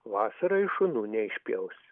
vasarą ir šunų neišpjaus